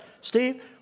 Steve